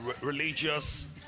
religious